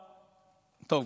טוב,